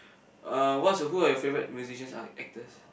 uh what's your who are your favourite musicians are actors